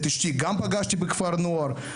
את אשתי גם פגשתי בכפר נוער.